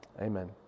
Amen